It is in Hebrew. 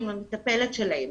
עם המטפלת שלהם.